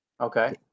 Okay